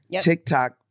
TikTok